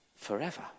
Forever